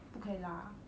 不可以 lah